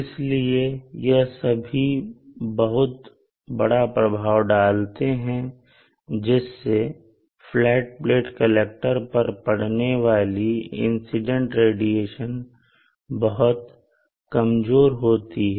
इसलिए यह सभी बहुत बड़ा प्रभाव डालते हैं जिससे फ्लैट प्लेट कलेक्टर पर पड़ने वाली इंसिडेंट रेडिएशन बहुत कमजोर होती है